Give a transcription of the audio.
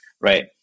Right